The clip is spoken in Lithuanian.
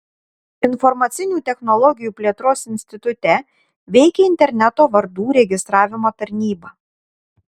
informacinių technologijų plėtros institute veikia interneto vardų registravimo tarnyba